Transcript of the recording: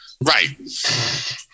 right